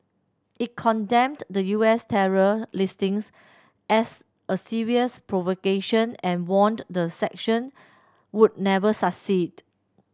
it condemned the U S terror listings as a serious provocation and warned the sanction would never succeed